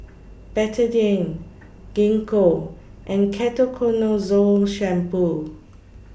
Betadine Gingko and Ketoconazole Shampoo